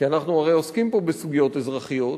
כי אנחנו הרי עוסקים פה בסוגיות אזרחיות,